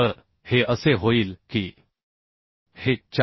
तर हे असे होईल की हे 410